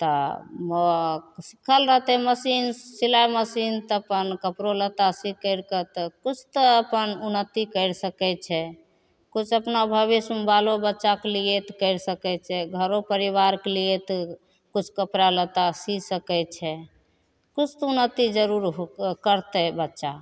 तऽ सिखल रहतै मशीन सिलाइ मशीन तऽ अपन कपड़ो लत्ता सी करिके तऽ किछु तऽ अपन उन्नति करि सकै छै किछु अपना भविष्यमे बालो बच्चाके लिए तऽ करि सकै छै घरो परिवारके लिए तऽ किछु कपड़ा लत्ता सी सकै छै किछु तऽ उन्नति जरूर हो करतै बच्चा